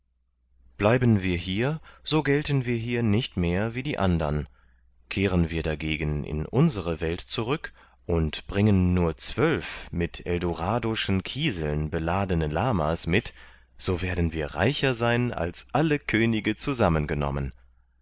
bleiben wir hier so gelten wir hier nicht mehr wie die andern kehren wir dagegen in unsere welt zurück und bringen nur zwölf mit eldorado'schen kieseln beladene lama's mit so werden wir reicher sein als alle könige zusammengenommen